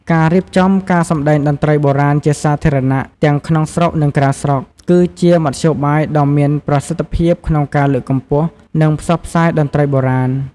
ការរៀបចំការសម្តែងតន្ត្រីបុរាណជាសាធារណៈ ទាំងក្នុងស្រុក និងក្រៅស្រុក គឺជាមធ្យោបាយដ៏មានប្រសិទ្ធភាពក្នុងការលើកកម្ពស់ និងផ្សព្វផ្សាយតន្ត្រីបុរាណ។